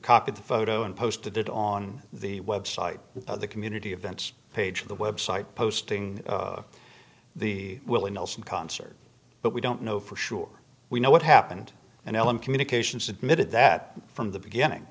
copy the photo and posted it on the website of the community events page of the website posting the willie nelson concert but we don't know for sure we know what happened and ellen communications admitted that from the beginning